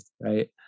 right